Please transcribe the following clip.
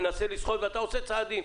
מנסה לשחות ואתה עושה צעדים.